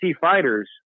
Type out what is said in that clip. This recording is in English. fighters